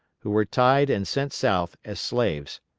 who were tied and sent south as slaves.